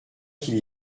qu’il